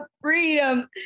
freedom